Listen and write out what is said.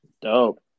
Dope